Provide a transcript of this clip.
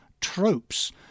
tropes